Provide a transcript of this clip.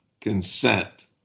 consent